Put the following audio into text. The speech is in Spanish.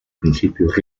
principios